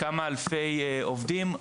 כמה אלפי עובדים,